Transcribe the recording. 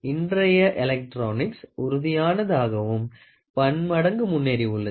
இன்றைய எலக்ட்ரானிக்ஸ் உறுதியானதாகவும் பன்மடங்கு முன்னேறி உள்ளது